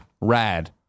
rad